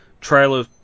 trailer